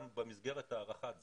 גם במסגרת הארכת הזמן,